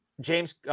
James